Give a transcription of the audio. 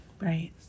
Right